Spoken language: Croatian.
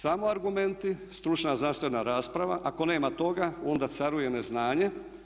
Samo argumenti, stručna znanstvena rasprava, ako nema toga onda caruje neznanje.